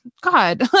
god